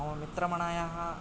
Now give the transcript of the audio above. मम मित्रमणयः